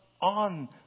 on